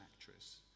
actress